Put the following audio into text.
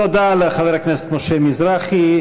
תודה לחבר הכנסת משה מזרחי.